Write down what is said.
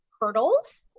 hurdles